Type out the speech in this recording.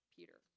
Peter